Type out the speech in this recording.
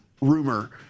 rumor